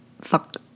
fuck